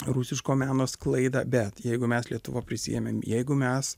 rusiško meno sklaidą bet jeigu mes lietuva prisiėmėm jeigu mes